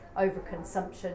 overconsumption